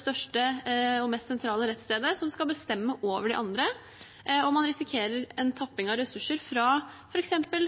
største og mest sentrale rettsstedet, som skal bestemme over de andre, og man risikerer en tapping av ressurser, f.eks. fra